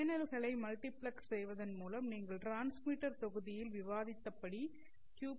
சேனல்களை மல்டிபிளக்ஸ் செய்வதன் மூலம் நீங்கள் டிரான்ஸ்மிட்டர் தொகுதியில் விவாதித்தபடி கியூ